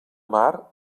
mar